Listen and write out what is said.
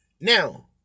Now